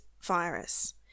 virus